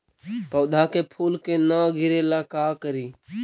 पौधा के फुल के न गिरे ला का करि?